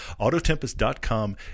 AutoTempest.com